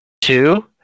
Two